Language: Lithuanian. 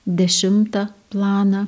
dešimtą planą